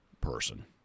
person